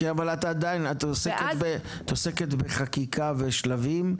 כן, אבל עדיין את עוסקת בחקיקה ושלבים.